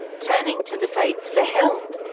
turning to the fates for help,